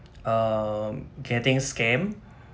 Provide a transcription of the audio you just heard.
um getting scammed